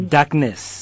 Darkness